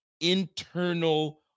internal